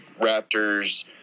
Raptors